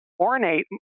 ornate